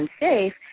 unsafe